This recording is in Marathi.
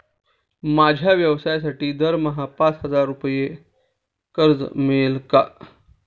माझ्या व्यवसायासाठी दरमहा पाच हजार रुपये कर्ज मिळेल का?